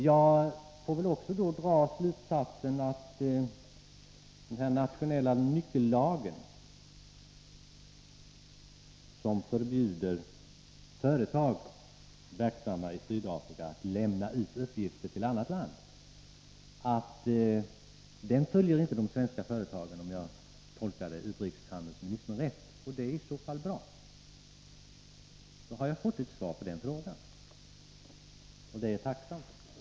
Om jag tolkade utrikeshandelsministern rätt, får jag väl dra den slutsatsen att de svenska företagen inte följer den nationella nyckellagen, som förbjuder i Sydafrika verksamma företag att lämna uppgifter till annat land. Det är i så fall bra. Då har jag fått ett svar på den frågan, vilket jag är tacksam för.